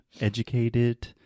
educated